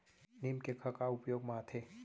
नीम cake ह का उपयोग मा आथे?